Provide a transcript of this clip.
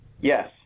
yes